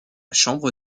chambre